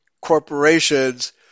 corporations